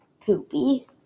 poopy